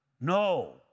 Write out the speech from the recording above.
No